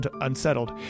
unsettled